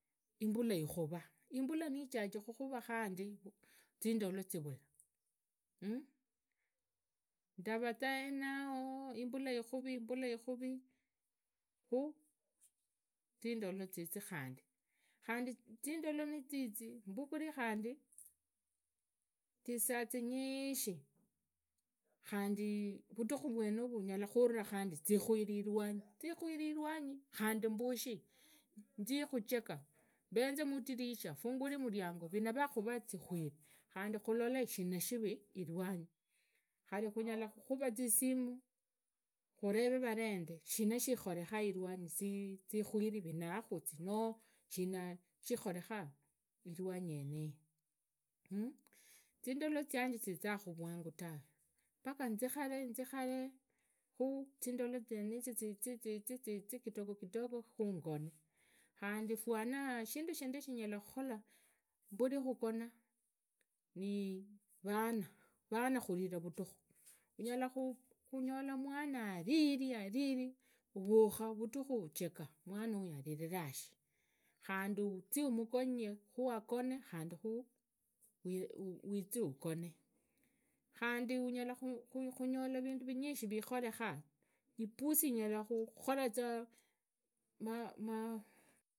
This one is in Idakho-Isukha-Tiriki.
Imbula ikhuvanga imbula nijaji khukhura khandi zindolo zivula ndaraza hango imbula ikhuvi imbula lkhuri khu ziindo ziizi khandi khandi zindolo ziizi khandi mbugule zisaa zinyishi khandi vutukhi vutukhu vwenuru unyala kharira zukwiri ilwanyi khandi khunyala khukhusa ziisimu khuvere varende shina shikhorekha ilwwnyi zimweri wina ahhuzi noo shina shikhorehaa ilwanyi geneyi mmh zindole zdanye zizaakhu vwangu tawe paka nzikhale nzikhale paku zindole zienizi ziizi ziizi khu ngone khandi fanaa shinda shindii shinyalakhukhola mbure khugona ni vaana khuriva nudhukhu unyola mwana ariri ariri uvukha vutukhu ucheka mwana aya aririra shi khandi uzii umugonge khuagone khandi wize ugone khandi unyala khunyola vindu vinyishi vikholekhaa shipusi shinyala khukholaza,